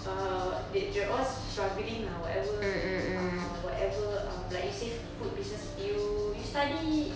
err they they're all lah whatever uh whatever um like you say food business you you study